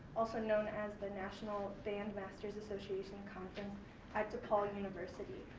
also known as the national band masters' association conference at depaul university.